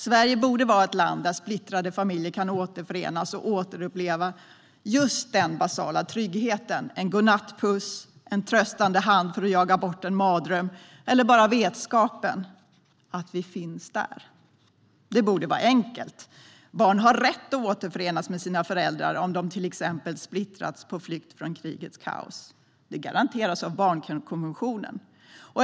Sverige borde vara ett land där splittrade familjer kan återförenas och återuppleva just den basala tryggheten - en godnattpuss, en tröstande hand för att jaga bort en mardröm eller bara vetskapen om att vi finns där. Det borde vara enkelt. Barn har rätt att återförenas med sina föräldrar om de till exempel splittrats på flykt från krigets kaos. Det garanteras av barnkonventionen.